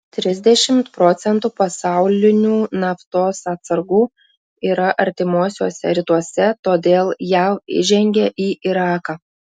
trisdešimt procentų pasaulinių naftos atsargų yra artimuosiuose rytuose todėl jav įžengė į iraką